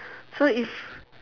so if